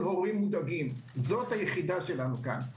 הורים מודאגים זו היחידה שלנו כאן,